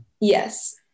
yes